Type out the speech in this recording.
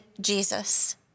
Jesus